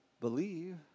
believe